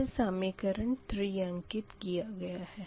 इसे समीकरण 3 अंकित किया गया है